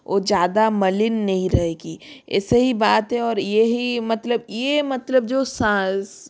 वो ज़्यादा मलिन नहीं रहेगी ऐसी ही बात है और यही मतलब ये मतलब जो साँस